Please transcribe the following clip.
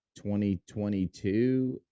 2022